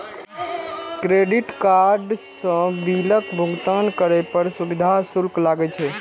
credit card सं बिलक भुगतान करै पर सुविधा शुल्क लागै छै